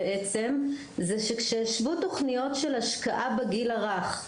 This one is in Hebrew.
זה שכשהשוו תוכניות של השקעה בגיל הרך,